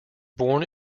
born